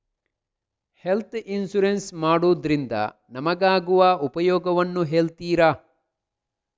Health insurance ಮಾಡೋದ್ರಿಂದ ನಮಗಾಗುವ ಉಪಯೋಗವನ್ನು ಹೇಳ್ತೀರಾ?